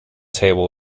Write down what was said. table